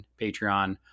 Patreon